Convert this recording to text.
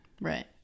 Right